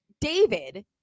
David